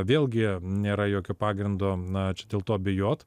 vėlgi nėra jokio pagrindo na čia dėl to abejot